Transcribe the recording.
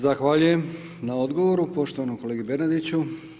Zahvaljujem na odgovoru poštovanom kolegi Bernardiću.